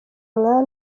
umwami